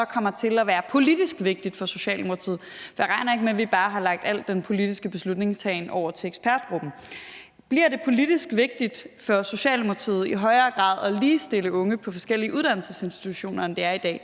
kommer til at være politisk vigtigt for Socialdemokratiet. Jeg regner ikke med, at vi bare har lagt al den politiske beslutningstagen over til ekspertgruppen. Bliver det politisk vigtigt for Socialdemokratiet i højere grad at ligestille unge på de forskellige uddannelsesinstitutioner, end de bliver i dag?